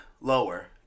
lower